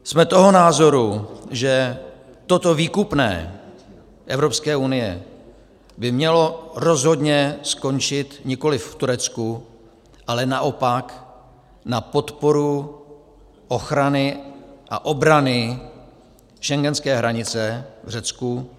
Jsme toho názoru, že toto výkupné Evropské unie by mělo rozhodně skončit nikoli v Turecku, ale naopak na podporu ochrany a obrany schengenské hranice v Řecku.